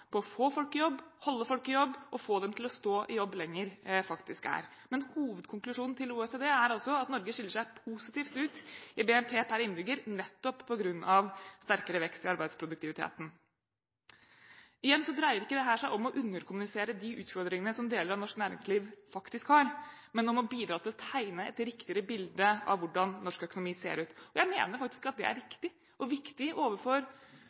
på å få folk i jobb, holde folk i jobb og få dem til å stå i jobb lenger, faktisk er. Men hovedkonklusjonen til OECD er altså at Norge skiller seg positivt ut når det gjelder BNP per innbygger nettopp på grunn av sterkere vekst i arbeidsproduktiviteten. Igjen – dette dreier seg ikke om å underkommunisere de utfordringene deler av norsk arbeidsliv faktisk har, men om å bidra til å tegne et riktigere bilde av hvordan norsk økonomi ser ut. Og jeg mener at det er riktig og viktig overfor